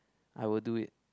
I will do it